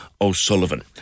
O'Sullivan